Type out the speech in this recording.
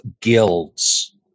guilds